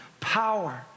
power